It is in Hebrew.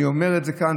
אני אומר את זה כאן.